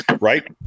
Right